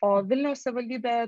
a vilniaus savivaldybė